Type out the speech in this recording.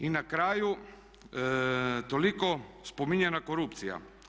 I na kraju toliko spominjana korupcija.